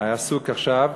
עסוק עכשיו.